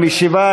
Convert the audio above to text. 47,